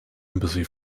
embassy